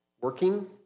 working